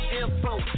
info